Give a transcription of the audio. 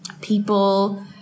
people